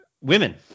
Women